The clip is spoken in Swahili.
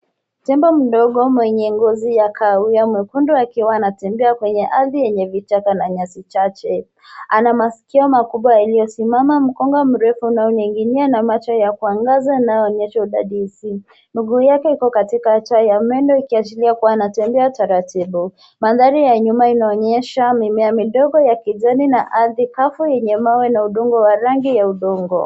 Tembo mdogo mwenye ngozi ya kahawia mwekundu akiwa anatembea kwenye ardhi yenye kichaka na nyasi chache, ana masikio makubwa yaliyosimama mkongo mrefu unaoning'inia na macho ya kuangaza yanaonyesha udadisi, miguu yake iko katika acha ya meme kuashiria kuwa anatembea taratibu . Mandhari ya nyuma inaonyesha mimea midogo ya kijani na ardhi kavu yenye mawe na udongo wenye ya udongo.